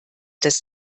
das